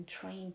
trained